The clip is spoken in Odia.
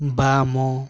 ବାମ